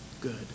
good